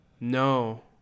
No